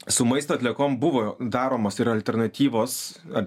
su maisto atliekom buvo daromos ir alternatyvos ar